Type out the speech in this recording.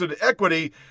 equity